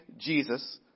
Jesus